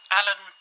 Alan